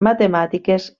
matemàtiques